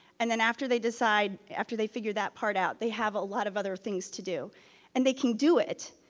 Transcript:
and then after they decide, after they figured that part out, they have a lot of other things to do and they can do it.